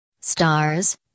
Stars